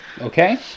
Okay